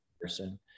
person